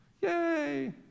Yay